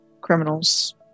criminals